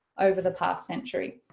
over the past century.